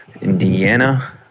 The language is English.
Indiana